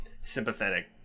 sympathetic